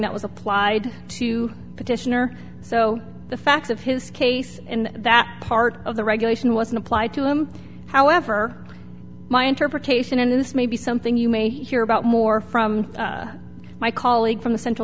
that was applied to petitioner so the facts of his case in that part of the regulation wasn't applied to him however my interpretation and this may be something you may hear about more from my colleague from the central